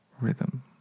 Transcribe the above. rhythm